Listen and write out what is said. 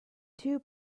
two